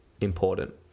important